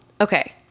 Okay